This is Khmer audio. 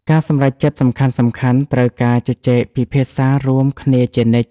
ការសម្រេចចិត្តសំខាន់ៗត្រូវការការជជែកពិភាក្សារួមគ្នាជានិច្ច។